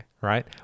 right